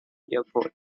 airport